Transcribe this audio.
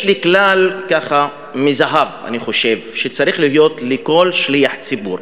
יש לי כלל ככה מזהב שאני חושב שצריך להיות לכל שליח ציבור,